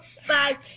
five